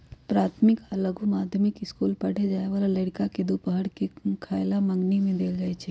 प्राथमिक आ लघु माध्यमिक ईसकुल पढ़े जाय बला लइरका के दूपहर के खयला मंग्नी में देल जाइ छै